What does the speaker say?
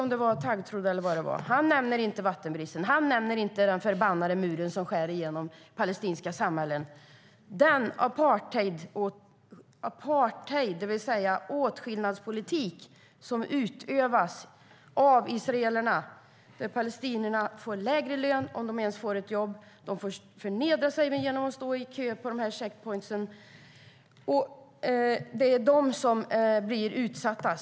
Kan det ha varit taggtråd? Han nämner inte vattenbristen, och han nämner inte den förbannade muren som skär igenom palestinska samhällen. Det är apartheid, det vill säga åtskillnadspolitik, som utövas av israelerna. Palestinierna får lägre löner, om de ens får ett jobb. De får förnedra sig genom att stå i kö vid checkpoints. Det är de som blir utsatta.